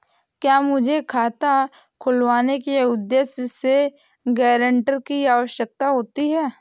क्या हमें खाता खुलवाने के उद्देश्य से गैरेंटर की आवश्यकता होती है?